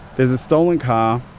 there's a stolen car,